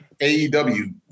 AEW